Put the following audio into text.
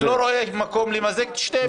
אני לא רואה מקום למזג את שתיהן ביחד.